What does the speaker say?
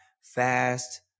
fast